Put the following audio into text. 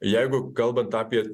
jeigu kalbant apie